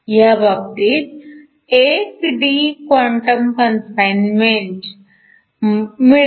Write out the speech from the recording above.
ह्या बाबतीत 1D quantum confinement मिळते